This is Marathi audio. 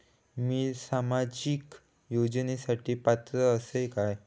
मी सामाजिक योजनांसाठी पात्र असय काय?